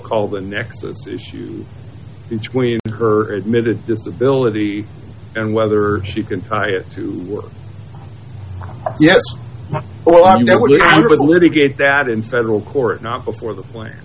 call the nexus issue between her admitted disability and whether she can tie it to work yes well i'm going to get that in federal court not before the plan